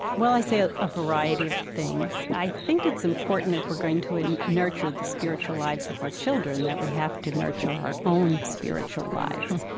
well, i say a ah variety of things. i think it's important if we're going to and nurture the spiritual lives of our children that we have to nurture our own spiritual lives.